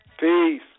Peace